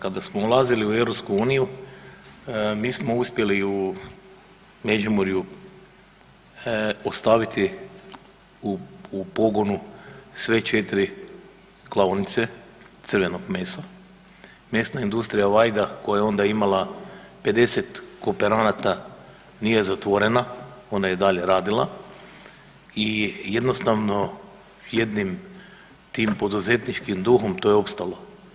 Kada smo ulazili u EU mi smo uspjeli u Međimurju ostaviti u pogonu sve 4 klaonice crvenog mesa, mesna industrija Vajda koja je onda imala 50 kooperanata nije zatvorena ona je i dalje radila i jednostavno jednim tim poduzetničkim duhom to je opstalo.